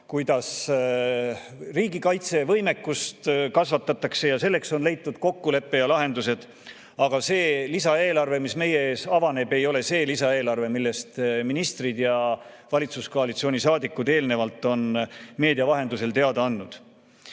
kuidas riigikaitsevõimekust kasvatatakse ja kuidas selleks on leitud kokkulepe ja lahendused. Aga see lisaeelarve, mis meie ees avaneb, ei ole see lisaeelarve, millest ministrid ja valitsuskoalitsiooni saadikud on eelnevalt meedia vahendusel teada andnud. Meil